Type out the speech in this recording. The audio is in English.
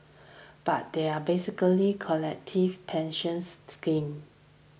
but they are basically collective pensions scheme